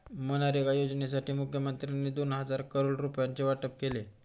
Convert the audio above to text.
मनरेगा योजनेसाठी मुखमंत्र्यांनी दोन हजार करोड रुपयांचे वाटप केले